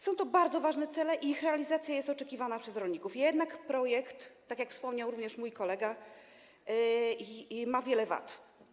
Są to bardzo ważne cele i ich realizacja jest oczekiwana przez rolników, jednak projekt, tak jak wspomniał mój kolega, ma wiele wad.